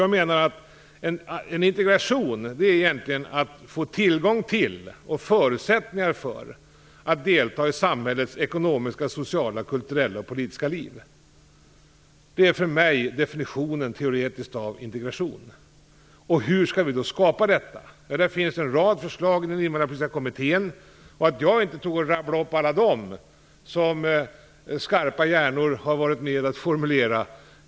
Jag menar att integration egentligen innebär att man får förutsättningar för att delta i och tillgång till samhällets ekonomiska, sociala, kulturella och politiska liv. För mig är detta den teoretiska definitionen av integration. Hur skall vi då skapa denna integration? Det finns en rad förslag i den invandrarpolitiska kommittén. Det är logiskt att jag inte rabblar upp alla de förslag som skarpa hjärnor har varit med om att formulera.